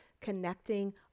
connecting